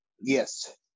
yes